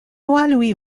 lui